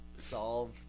Solve